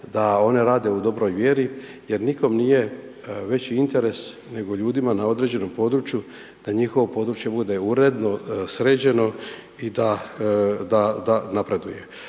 da one rade u dobroj mjeri jer nikome nije veći interes nego ljudima na određenom području da njihovo područje bude uredno, sređeno i da napreduje.